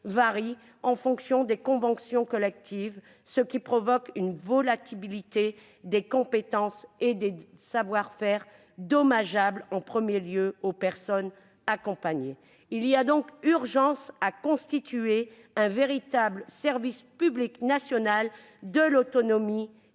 varient en fonction des conventions collectives, ce qui provoque une volatilité des compétences et des savoir-faire dommageable, en premier lieu, aux personnes accompagnées. Il y a urgence à constituer un véritable service public national de l'autonomie